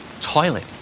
Toilet